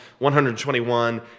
121